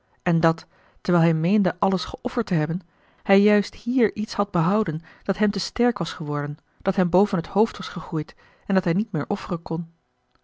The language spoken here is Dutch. en dat terwijl hij meende alles geofferd te hebben hij juist hier iets had behouden dat hem te sterk was geworden dat hem boven het hoofd was gegroeid en dat hij niet meer offeren kon